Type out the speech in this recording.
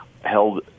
held